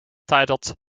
titled